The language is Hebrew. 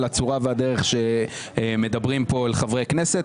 הצורה והדרך שמדברים פה אל חברי כנסת,